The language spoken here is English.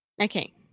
Okay